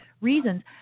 reasons